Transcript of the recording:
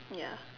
ya